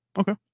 Okay